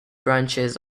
branches